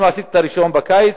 אם עשיתי את הרשיון בקיץ,